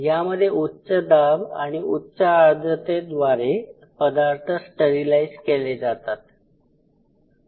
यामध्ये उच्च दाब आणि उच्च आर्द्रतेद्वारे पदार्थ स्टरीलाईज केले जातात